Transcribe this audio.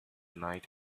night